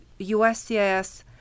USCIS